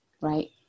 right